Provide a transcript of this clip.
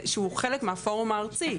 שהוא חלק מהפורום הארצי.